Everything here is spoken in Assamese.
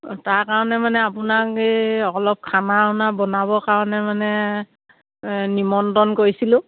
তাৰ কাৰণে মানে আপোনাক এই অলপ খানা অনা বনাবৰ কাৰণে মানে নিমন্ত্ৰণ কৰিছিলোঁ